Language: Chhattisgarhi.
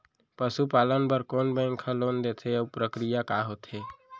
पसु पालन बर कोन बैंक ह लोन देथे अऊ प्रक्रिया का होथे?